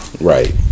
Right